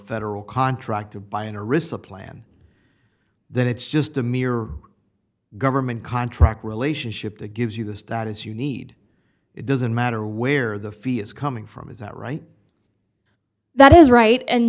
federal contract to buy a receipt plan then it's just a mere government contract relationship that gives you the status you need it doesn't matter where the fee is coming from is that right that is right and